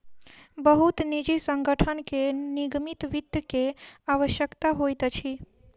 बहुत निजी संगठन के निगमित वित्त के आवश्यकता होइत अछि